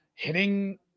Hitting